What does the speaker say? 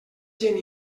gent